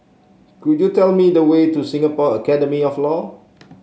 could you tell me the way to Singapore Academy of Law